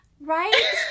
Right